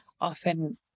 often